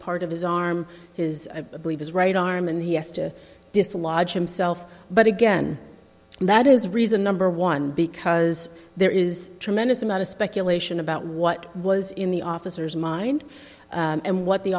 part of his arm his i believe his right arm and he has to dislodge himself but again that is reason number one because there is tremendous amount of speculation about what was in the officer's mind and what the